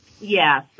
Yes